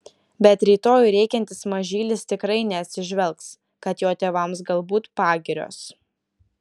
bet rytoj rėkiantis mažylis tikrai neatsižvelgs kad jo tėvams galbūt pagirios